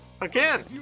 again